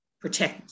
protect